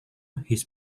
his